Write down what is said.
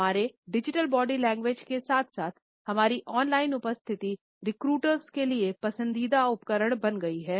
हमारे digital body language के साथ साथ हमारी ऑन लाइन उपस्थिति रिक्रूटर्स के लिए पसंदीदा उपकरण बन गई है